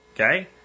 Okay